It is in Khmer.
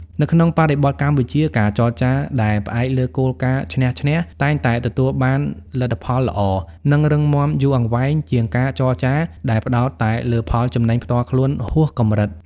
នៅក្នុងបរិបទកម្ពុជា ការចរចាដែលផ្អែកលើគោលការណ៍ "ឈ្នះ-ឈ្នះ" តែងតែទទួលបានលទ្ធផលល្អ និងរឹងមាំយូរអង្វែងជាងការចរចាដែលផ្ដោតតែលើផលចំណេញផ្ទាល់ខ្លួនហួសកម្រិត។